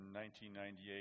1998